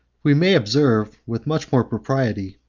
we may observe with much more propriety,